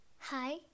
Hi